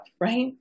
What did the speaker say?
right